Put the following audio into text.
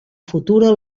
futura